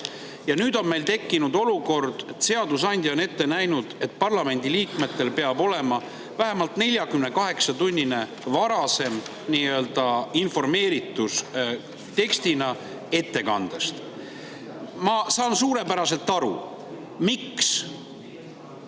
nüüd on meil tekkinud olukord, et seadusandja on ette näinud, et parlamendi liikmetel peab olema vähemalt 48‑tunnine varasem nii-öelda informeeritus ettekande teksti näol. Ma saan suurepäraselt aru, miks